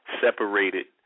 separated